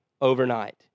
overnight